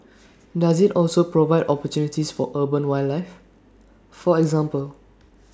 does IT also provide opportunities for urban wildlife for example